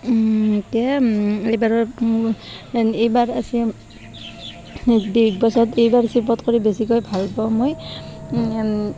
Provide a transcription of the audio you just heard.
এতিয়া এইবাৰত এইবাৰ আছে বিগ বছত এইবাৰ চবত কৰি বেছিকৈ ভাল পাওঁ মই